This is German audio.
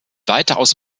weitaus